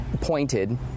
pointed